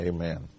Amen